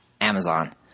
Amazon